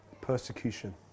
Persecution